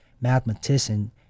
mathematician